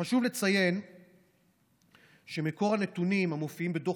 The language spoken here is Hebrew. חשוב לציין שמקור הנתונים המופיעים בדוח